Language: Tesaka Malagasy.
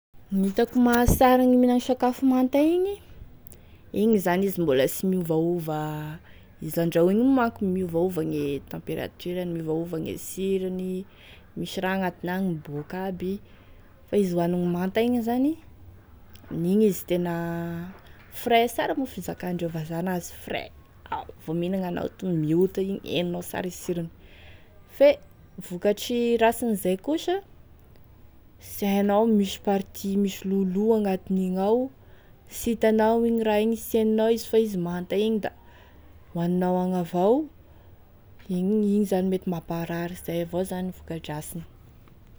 Gn'itako mahasara gne mihinagny sakafo manta igny igny zany izy mbola sy miovaova, izy handrahoagny igny manko miovaova gne températurany, miovaova gne sirony, misy raha agn'atiny agny miboaky aby, fa izy hoanigny manta igny zany amin'igny izy tena frais sara moa fizakandreo vazaha an'azy, frais, ha vô mihinagny anao vô mihota henonao sara e sirony, fe vokatry rasin'izay kosa, sy ainao misy partie misy lo lo agnatinin'igny ao, sy hitanao igny raha sy henonao fa izy manta igny, hoaninao agny avao, igny igny zany mety mamparary, zay avao zany vokadrasiny.